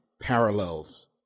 parallels